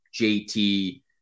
JT